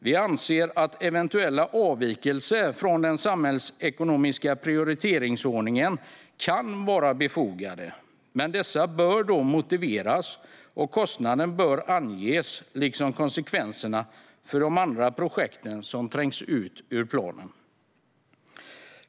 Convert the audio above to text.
Vi anser också att eventuella avvikelser från den samhällsekonomiska prioriteringsordningen kan vara befogade, men dessa bör då motiveras. Kostnaden bör anges, liksom konsekvenserna för andra projekt som trängs ut från planen.